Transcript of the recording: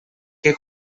què